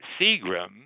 Seagram